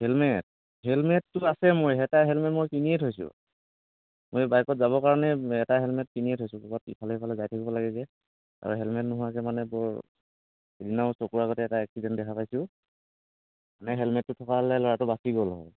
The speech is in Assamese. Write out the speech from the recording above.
হেলমেট হেলমেটতো আছে মোৰ এটা হেলমেট মই কিনিয়ে থৈছোঁ মই বাইকত যাবৰ কাৰণে এটা হেলমেট কিনিয়ে থৈছোঁ অলপ ইফালে সিফালে যাই থাকিব লাগে যে আৰু হেলমেট নোহোৱাকৈ মানে বৰ সিদিনাও চকুৰ আগতে এটা এক্সিডেণ্ট দেখা পাইছোঁ মানে হেলমেটতো থকা হ'লে ল'ৰাটো বাছি গ'ল হয়